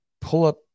pull-up